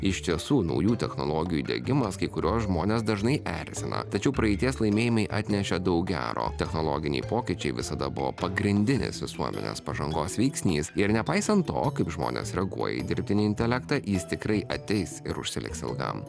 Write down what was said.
iš tiesų naujų technologijų įdiegimas kai kuriuos žmones dažnai erzina tačiau praeities laimėjimai atnešė daug gero technologiniai pokyčiai visada buvo pagrindinės visuomenės pažangos veiksnys ir nepaisant to kaip žmonės reaguoja į dirbtinį intelektą jis tikrai ateis ir užsiliks ilgam